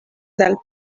del